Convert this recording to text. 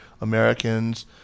Americans